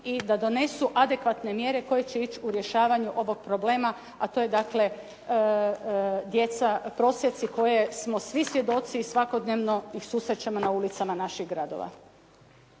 i da donesu adekvatne mjere koje će ići u rješavanju ovog problema, a to je dakle djeca prosjaci kojih smo svi svjedoci i svakodnevno ih susrećemo na ulicama naših gradova.